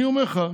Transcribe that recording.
אני אומר לך,